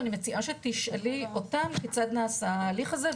ואני מציעה שתשאלי אותם כיצד נעשה ההליך הזה,